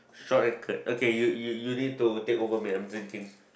so I could okay you you you need to take over me I'm drinking